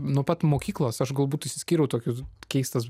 nuo pat mokyklos aš galbūt išsiskyriau tokius keistas